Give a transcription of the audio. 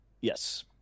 Yes